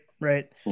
right